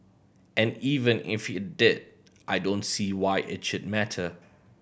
and even if it did I don't see why it should matter